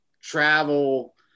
travel